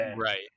Right